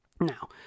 Now